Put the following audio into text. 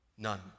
None